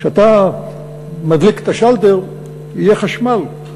כשאתה מדליק את השלטר, יהיה חשמל.